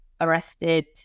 arrested